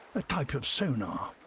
a type of sonar.